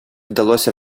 вдалося